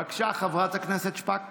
בבקשה, חברת הכנסת שפק.